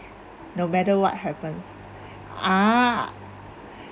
no matter what happens ah